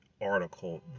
article